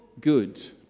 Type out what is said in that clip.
good